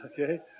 okay